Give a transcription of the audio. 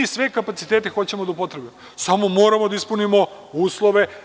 Mi sve kapacitete hoćemo da upotrebimo, samo moramo da ispunimo uslove.